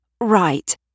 Right